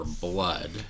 blood